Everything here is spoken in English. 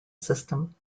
system